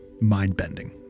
mind-bending